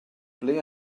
ble